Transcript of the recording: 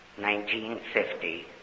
1950